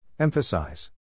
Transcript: Emphasize